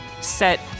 set